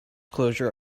closure